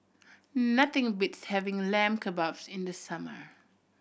nothing beats having Lamb Kebabs in the summer